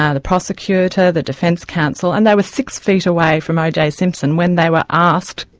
ah the prosecutor, the defence counsel, and they were six feet away from oj simpson when they were asked,